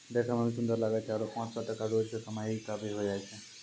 देखै मॅ भी सुन्दर लागै छै आरो पांच सौ टका रोज के कमाई भा भी होय जाय छै